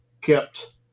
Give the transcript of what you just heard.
kept